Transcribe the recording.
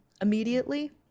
immediately